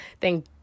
Thank